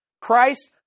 christ